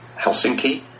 Helsinki